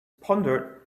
pondered